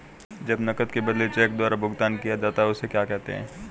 जब नकद के बदले चेक द्वारा भुगतान किया जाता हैं उसे क्या कहते है?